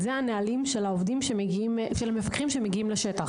אלו הנהלים של המפקחים שמגיעים לשטח.